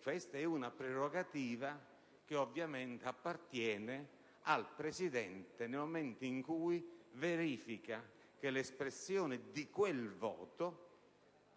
questa è una prerogativa che ovviamente appartiene al Presidente nel momento in cui verifica che l'espressione di quel voto